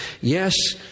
Yes